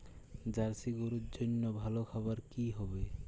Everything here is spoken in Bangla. জার্শি গরুর জন্য ভালো খাবার কি হবে?